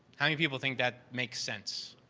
how many people think that make sense?